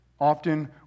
Often